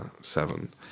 Seven